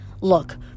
Look